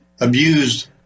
abused